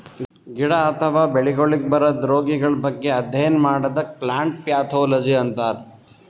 ಗಿಡ ಅಥವಾ ಬೆಳಿಗೊಳಿಗ್ ಬರದ್ ರೊಗಗಳ್ ಬಗ್ಗೆ ಅಧ್ಯಯನ್ ಮಾಡದಕ್ಕ್ ಪ್ಲಾಂಟ್ ಪ್ಯಾಥೊಲಜಿ ಅಂತರ್